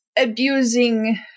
abusing